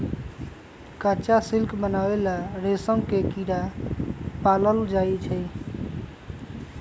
कच्चा सिल्क बनावे ला रेशम के कीड़ा पालल जाई छई